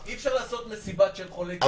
אי-אפשר לעשות מסיבה של חולי קורונה לשעבר.